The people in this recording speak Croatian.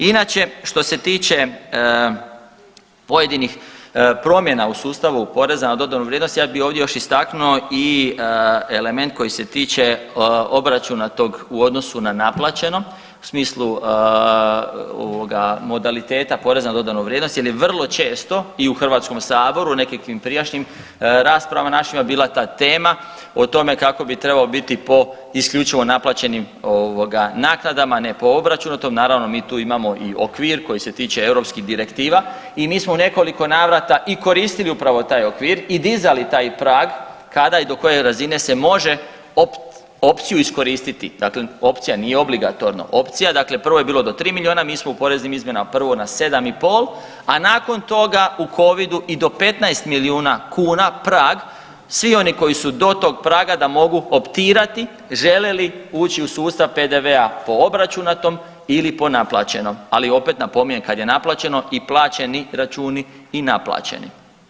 Inače što se tiče pojedinih promjena u sustavu PDV-a ja bi ovdje još istaknuo i element koji se tiče obračunatog u odnosu na naplaćeno u smislu ovoga modaliteta PDV-a jel je vrlo često i u HS i u nekakvim prijašnjim raspravama našima bila ta tema o tome kako bi trebao biti po isključivo naplaćenim ovoga naknadama, ne po obračunu, to naravno mi tu imamo i okvir koji se tiče europskih direktiva i mi smo u nekoliko navrata i koristili upravo taj okvir i dizali taj prag kada i do koje razine se može opciju iskoristiti, dakle opcija nije obligatorno, opcija dakle prvo je bilo do 3 milijuna, mi smo u poreznim izmjenama prvo na 7,5, a nakon toga u covidu i do 15 milijuna kuna prag, svi oni koji su do tog praga da mogu otpirati žele li ući u sustav PDV-a po obračunatom ili po naplaćenom, ali opet napominjem kad je naplaćeno i plaćeni računi i naplaćeni.